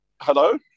Hello